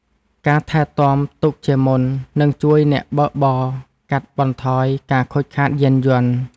ការថែទាំទុកជាមុន នឹងជួយអ្នកបើកបរកាត់បន្ថយការខូចខាតយានយន្ត។